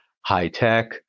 high-tech